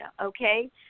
okay